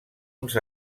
uns